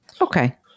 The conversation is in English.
Okay